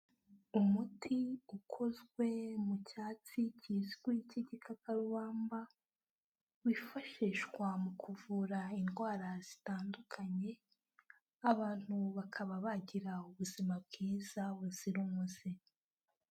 Umuti ukozwe mu cyatsi kizwi cy'igikakarubamba, wifashishwa mu kuvura indwara zitandukanye, abantu bakaba bagira ubuzima bwiza buzira umuze.